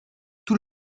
tout